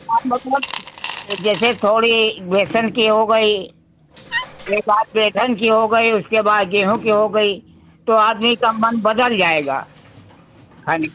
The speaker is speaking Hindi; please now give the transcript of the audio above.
जैसे थोड़ी बेसन की हो गई एक आध बेसन की हो गई उसके बाद गेहूँ की हो गई तो आदमी का मन बदल जाएगा खाने